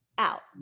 Out